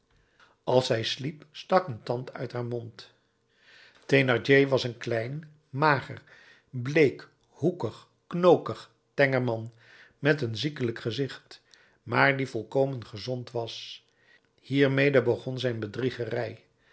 als zij sliep stak een tand uit haar mond thénardier was een klein mager bleek hoekig knokig tenger man met een ziekelijk gezicht maar die volkomen gezond was hiermede begon zijn bedriegerij